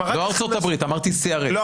לא ארצות הברית, אמרתי CRS. כלומר.